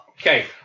okay